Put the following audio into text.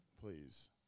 please